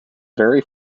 very